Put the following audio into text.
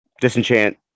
Disenchant